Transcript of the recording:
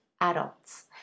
adults